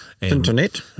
Internet